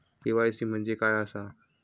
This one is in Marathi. के.वाय.सी म्हणजे काय आसा?